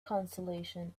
consolation